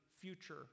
future